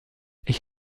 ich